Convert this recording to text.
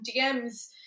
DMs